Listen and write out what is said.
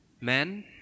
Men